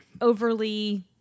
overly